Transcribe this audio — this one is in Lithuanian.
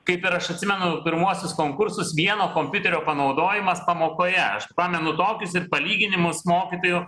kaip ir aš atsimenu pirmuosius konkursus vieno kompiuterio panaudojimas pamokoje aš pamenu tokius ir palyginimus mokytojų